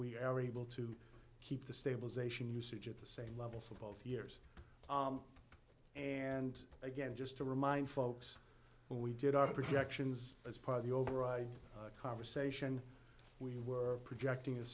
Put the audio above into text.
we are able to keep the stabilisation usage at the same level for both years and again just to remind folks when we did our projections as part of the override conversation we were projecting